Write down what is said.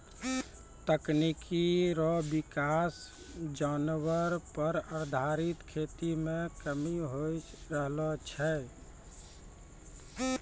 तकनीकी रो विकास जानवर पर आधारित खेती मे कमी होय रहलो छै